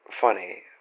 funny